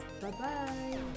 Bye-bye